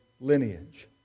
lineage